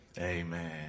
amen